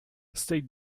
state